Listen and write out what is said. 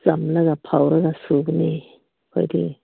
ꯆꯥꯝꯂꯒ ꯐꯧꯔꯒ ꯁꯨꯕꯅꯦ ꯑꯩꯈꯣꯏꯗꯤ